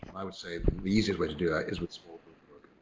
i would say the easiest way to do that is with small